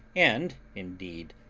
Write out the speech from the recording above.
and indeed,